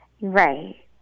Right